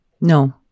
No